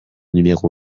numéro